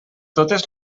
totes